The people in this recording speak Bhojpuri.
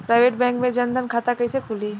प्राइवेट बैंक मे जन धन खाता कैसे खुली?